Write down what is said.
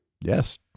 Yes